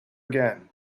again